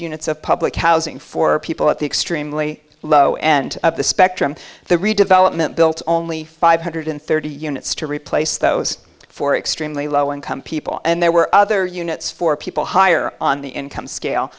units of public housing for people at the extremely low end of the spectrum the redevelopment built only five hundred thirty units to replace those four extremely low income people and there were other units for people higher on the income scale